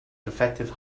defective